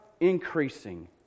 increasing